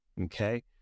Okay